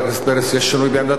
יש שינוי בעמדת הממשלה?